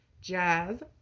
jazz